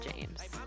James